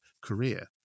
career